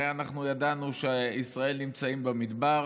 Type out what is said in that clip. הרי אנחנו ידענו שישראל נמצאים במדבר